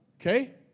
Okay